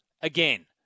again